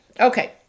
Okay